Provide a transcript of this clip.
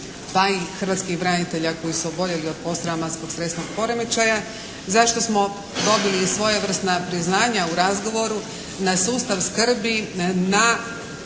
pa i hrvatskih branitelja koji su oboljeli od posttraumatskog stresnog poremećaja, zašto smo dobili i svojevrsna priznanja u razgovoru na sustav skrbi, na